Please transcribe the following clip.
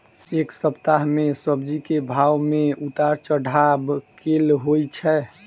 एक सप्ताह मे सब्जी केँ भाव मे उतार चढ़ाब केल होइ छै?